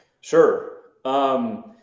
Sure